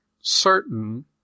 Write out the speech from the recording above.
certain